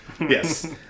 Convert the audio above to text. Yes